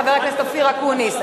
חבר הכנסת אופיר אקוניס,